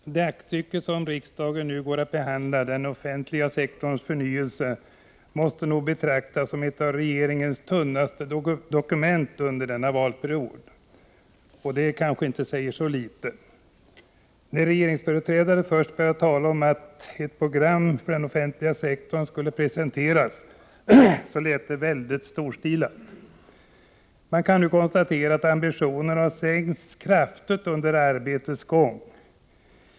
Herr talman! Det aktstycke som riksdagen nu har att behandla — den offentliga sektorns förnyelse — måste nog betraktas som ett av regeringens tunnaste dokument under denna valperiod, och det säger kanske inte så litet. När regeringsföreträdare först började tala om att ett program för den offentliga sektorn skulle presenteras lät det väldigt storstilat. Man kan nu konstatera att ambitionerna har sänkts kraftigt under arbetets gång.